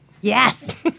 Yes